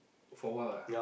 for a while ah